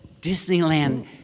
Disneyland